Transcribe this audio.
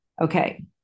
Okay